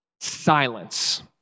Silence